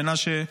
מנשה,